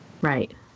Right